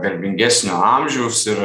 garbingesnio amžiaus ir